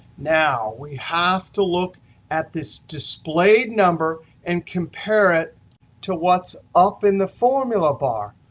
now, we have to look at this displayed number and compare it to what's up in the formula bar.